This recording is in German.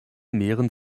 mehren